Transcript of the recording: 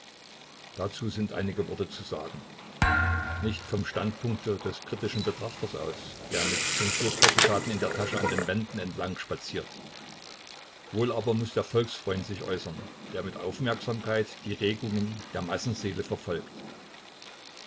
dazu sind einige worte zu sagen nicht vom standpunkte des kritischen betrachters aus der mit zensurprädikaten in der tasche an den wänden entlang spaziert wohl aber muß der volksfreund sich äußern der mit aufmerksamkeit die regungen der massenseele verfolgt